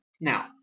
Now